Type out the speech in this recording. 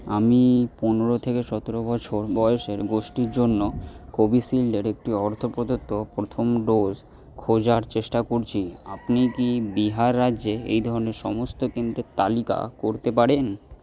আমি পনেরো থেকে সতেরো বছর বয়সের গোষ্ঠীর জন্য কোভিশিল্ডের একটি অর্থ প্রদত্ত প্রথম ডোজ খোঁজার চেষ্টা করছি আপনি কি বিহার রাজ্যে এই ধরনের সমস্ত কেন্দ্রের তালিকা করতে পারেন